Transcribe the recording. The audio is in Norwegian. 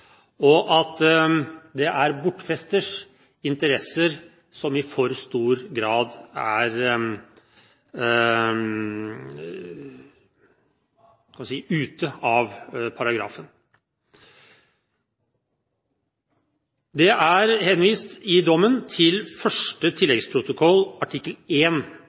og at det er bortfesters interesser som i for stor grad er ute av paragrafen. Det er henvist i dommen til artikkel 1 i første tilleggsprotokoll